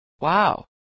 Wow